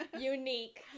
Unique